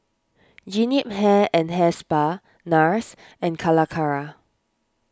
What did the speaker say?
Jean Yip Hair and Hair Spa Nars and Calacara